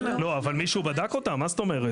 לא, אבל מישהו בדק אותם, מה זאת אומרת?